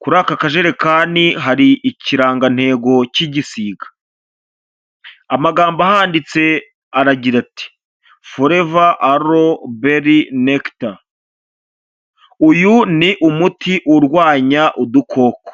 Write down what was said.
Kuri aka kajerekani hari ikirangantego cy'igisiga. Amagambo ahanditse aragira ati" foreva aro beri nekita". Uyu ni umuti urwanya udukoko.